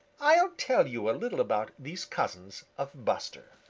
i'll tell you a little about these cousins of buster.